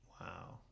Wow